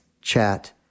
chat